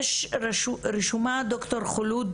רשומה ד"ר חולוד